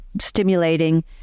stimulating